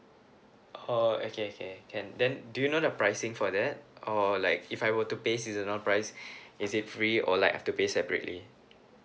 oh okay okay can then do you know the pricing for that or like if I were to pay seasonal price is it free or like have to pay separately